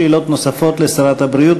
שאלות נוספות לשרת הבריאות,